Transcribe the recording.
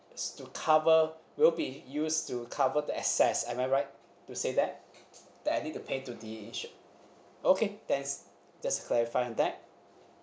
to cover will be used to cover the excess am I right to say that that I need to pay to the insure okay thanks just to clarify on that